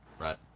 Right